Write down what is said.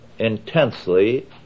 intensely